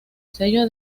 sello